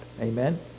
Amen